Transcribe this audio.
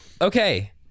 Okay